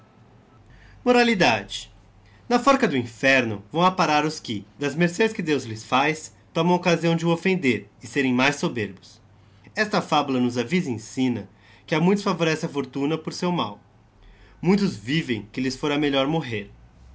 moralidade na forca do inferno vão a parar os que das mercês que deos lhes faz tomão occasião de o oítender e serem mais soberbos esta fabula nos avisa e ensina ue a muitos favorece a fortuna por seu mal muitos vivem que lhes fora melhor morrer